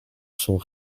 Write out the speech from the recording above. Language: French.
sont